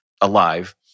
alive